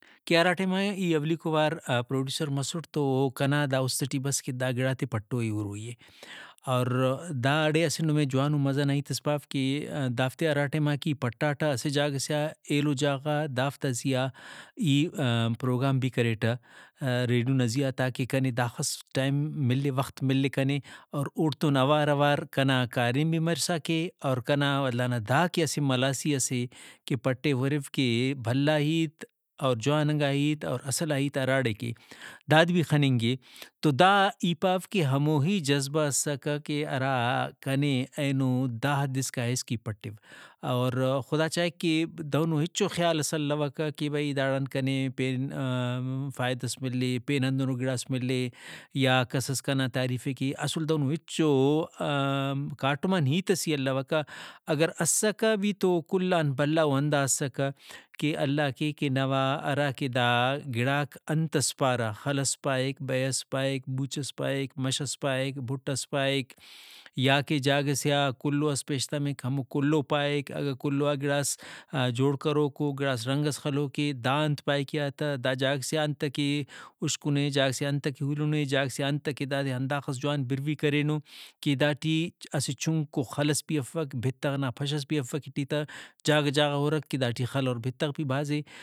کہ ہرا ٹائما ای اولیکو وار پروڈیوسر مسُٹ تو کنا دا اُست ٹی بس کہ دا گڑاتے پٹوئی اے ہُروئی اے اور داڑے اسہ نمے جوانو مزہ نا ہیتس پاو کہ دافتے ہراٹائماکہ ای پٹاٹہ اسہ جاگہ سے آ ایلو جاگہ غادافتا زیہا ای پروگرام بھی کریٹہ ریڈیو نا زیہا تاکہ کنے داخس ٹائم ملہِ وخت ملہِ کنے اور اوڑتون اواراوار کنا کاریم بھی مرسا کے اور کنا ولدانا داکہ اسہ ملاسی ئسے کہ پٹیو ہُرو کہ بھلا ہیت اور جواننگا اور اصلا ہیت ہراڑے کہ داد بھی خننگہ۔ تو دا ای پاو کہ ہموہی جذبہ اسکہ کہ ہرا کنے اینو دا حد اسکا ہیس کہ ای پٹیو۔ اورخدا چاہک کہ دہنو ہچو خیال ئس الوکہ بھئی داڑان کنے پین فائدہ ئس ملے پین ہندنو گڑاس ملے یا کسس کنا تعریف ئے کےاسُل دہنو ہچو کاٹمان ہیتس ہی الوکہ اگر اسکہ بھی تو کل آن بھلا او ہندا اسکہ کہ اللہ کے کہ نوا ہراکہ دا گڑاک ہنتس پارہ خلس پائک بئے ئس پائک بُوچ ئس پائک مش پائک بُھٹ ئس پائک یا کہ جاگہ سے آ کُلو ئس پیشتمک ہمو کُلو پائک اگہ کُلو آ گڑاس جوڑ کروکو گڑاس رنگس خلوکے دا انت پائک ایہا تہ دا جاگہ سے آ انتکہ اُشکنے جاگہ سے آ انتکہ ہُولن اے جاگہ سے آ دادے ہنداخس جوان بروی کرینو کہ داٹی اسہ چُھنکو خَلس بھی افک بِتغ نا پشس بھی افک ایٹی تہ جاگہ جاگہ ہُرک داٹی خل اور بتغ بھی بھازے